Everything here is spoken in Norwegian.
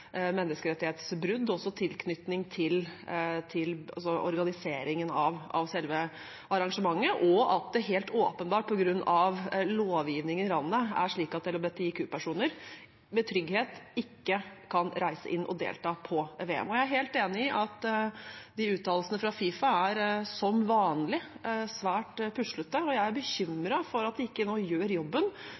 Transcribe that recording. menneskerettighetsbrudd – også i tilknytning til organiseringen av selve arrangementet – og at det helt åpenbart, på grunn av lovgivningen i landet, er slik at LHBTIQ-personer ikke med trygghet kan reise inn og delta under VM. Jeg er helt enig i at uttalelsene fra FIFA er – som vanlig – svært puslete, og jeg er bekymret for at de ikke nå gjør jobben